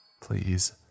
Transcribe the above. Please